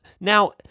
Now